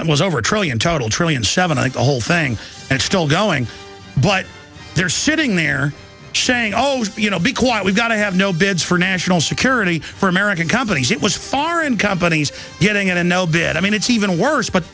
e was over a trillion total trillion seven and the whole thing and still going but they're sitting there saying oh no you know be quiet we've got to have no bids for national security for american companies it was foreign companies getting a no bid i mean it's even worse but